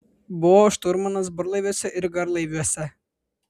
buvo šturmanas burlaiviuose ir garlaiviuose